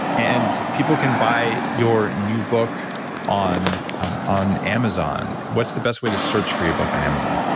and people can buy your new book on on amazon. what's the best way to search for your book on amazon?